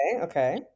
okay